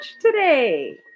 today